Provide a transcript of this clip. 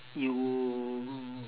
you